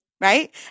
right